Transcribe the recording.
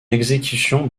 exécution